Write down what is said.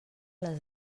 les